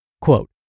Quote